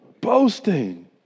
Boasting